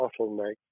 bottleneck